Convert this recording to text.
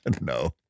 No